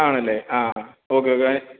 ആണല്ലേ ആ okay okay